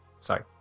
sorry